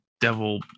Devil